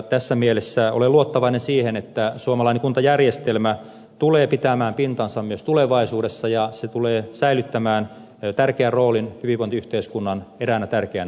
tässä mielessä olen luottavainen siihen että suomalainen kuntajärjestelmä tulee pitämään pintansa myös tulevaisuudessa ja se tulee säilyttämään tärkeän roolin hyvinvointiyhteiskunnan eräänä tärkeänä perustana